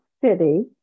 city